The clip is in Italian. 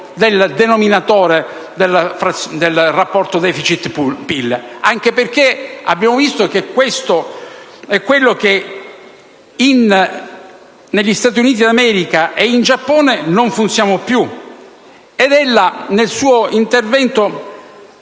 del denominatore del rapporto *deficit*-PIL? Anche perché abbiamo visto che questo è ciò che, negli Stati Uniti d'America e in Giappone, non funziona più. Ella, nel suo intervento,